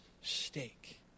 steak